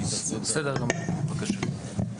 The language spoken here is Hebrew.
משה, בבקשה.